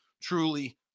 truly